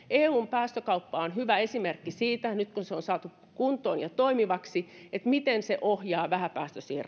eun päästökauppa on hyvä esimerkki siitä nyt kun se on saatu kuntoon ja toimivaksi miten se ohjaa vähäpäästöisiin